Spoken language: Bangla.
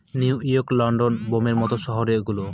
নিউ ইয়র্ক, লন্ডন, বোম্বের মত শহর গুলো